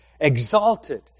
Exalted